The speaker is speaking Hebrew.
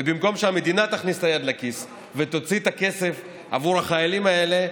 ובמקום שהמדינה תכניס את היד לכיס ותוציא את הכסף עבור החיילים האלה,